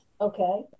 Okay